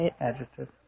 Adjective